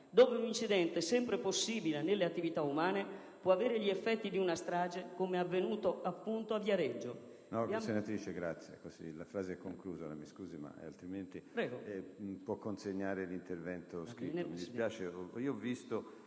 dove un incidente, sempre possibile nelle attività umane, può avere gli effetti di una strage come avvenuto appunto a Viareggio.